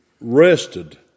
rested